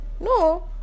No